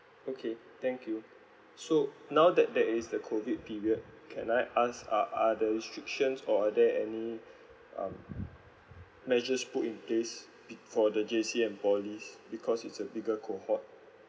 okay thank you so now that there is the COVID period can I ask are are the restrictions or are there any um measures put in place for the J_C and polys because it's a bigger cohort